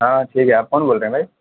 ہاں ٹھیک ہے آپ کون بول رہے ہیں بھائی